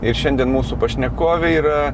ir šiandien mūsų pašnekovė yra